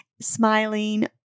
Smiling